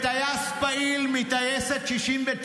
טייס פעיל מטייסת 69,